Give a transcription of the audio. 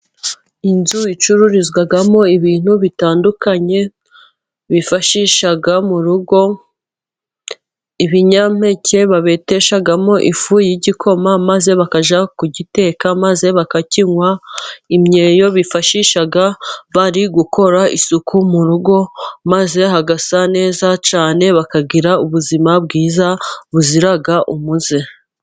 Inzu icururizwamo ibintu bitandukanye, bifashisha mu rugo, ibinyampeke babeteshamo ifu y'igikoma maze bakajya kugiteka maze bakakinywa, imyeyo bifashisha bari gukora isuku mu rugo maze hagasa neza cyane, bakagira ubuzima bwiza buzira umuze.